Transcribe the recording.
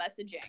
messaging